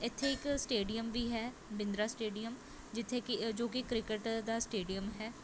ਇੱਥੇ ਇੱਕ ਸਟੇਡੀਅਮ ਵੀ ਹੈ ਬਿੰਦਰਾ ਸਟੇਡੀਅਮ ਜਿੱਥੇ ਕਿ ਜੋ ਕਿ ਕ੍ਰਿਕਟ ਦਾ ਸਟੇਡੀਅਮ ਹੈ